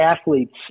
athletes